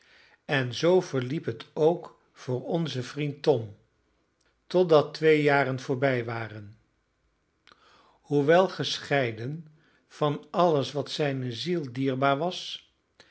en zoo verliep het ook voor onzen vriend tom totdat twee jaren voorbij waren hoewel gescheiden van alles wat zijne ziel dierbaar was